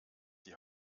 die